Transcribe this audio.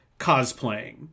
cosplaying